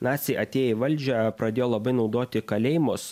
naciai atėję į valdžią pradėjo labai naudoti kalėjimus